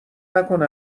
نکنه